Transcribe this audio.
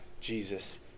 Jesus